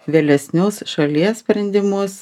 vėlesnius šalies sprendimus